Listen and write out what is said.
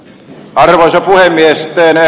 arvoisa puhemies venäjä